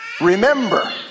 remember